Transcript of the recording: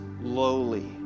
lowly